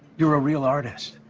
you're a real artist,